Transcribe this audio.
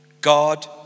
God